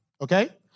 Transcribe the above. okay